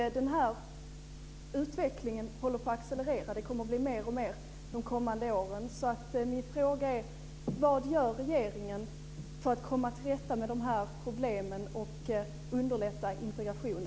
Den här utvecklingen håller på att accelerera, och det kommer att bli mer och mer de kommande åren.